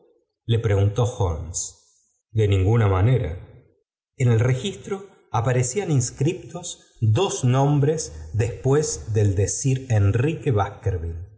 le preguntó holmes de ninguna manera en el registro aparecían inscriptos dos nombres después del de